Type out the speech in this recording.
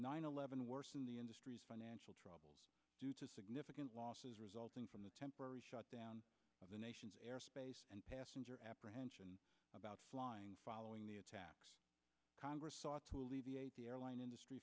nine eleven worse than the industry's financial troubles due to significant losses resulting from the temporary shutdown of the nation's airspace and passenger apprehension about flying following the attacks congress saw to alleviate the airline industry